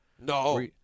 No